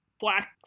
black